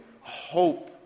hope